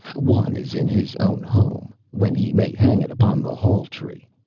one is in his own home, when he may hang it upon the halltree.